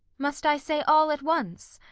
must i say all at once?